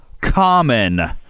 common